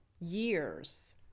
years